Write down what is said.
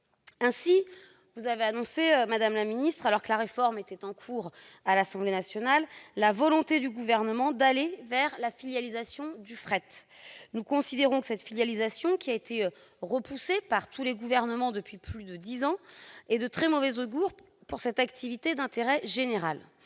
Ainsi, vous avez annoncé, madame la ministre, alors que la réforme était en cours d'examen à l'Assemblée nationale, la volonté du Gouvernement d'aller vers la filialisation du fret. Nous considérons que cette filialisation, qui a été repoussée par tous les gouvernements depuis plus de dix ans, est de très mauvais augure pour cette activité d'intérêt général.